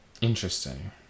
interesting